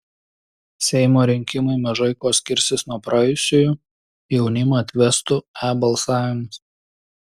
seimo rinkimai mažai kuo skirsis nuo praėjusiųjų jaunimą atvestų e balsavimas